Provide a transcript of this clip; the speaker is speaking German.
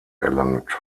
erlangt